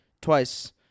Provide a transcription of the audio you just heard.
Twice